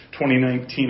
2019